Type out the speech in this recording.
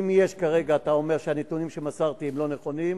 אתה אומר שהנתונים שמסרתי הם לא נכונים,